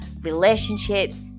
relationships